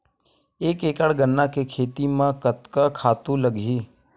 एक एकड़ गन्ना के खेती म कतका खातु लगही?